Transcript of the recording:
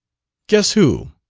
guess who!